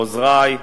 עוזרי,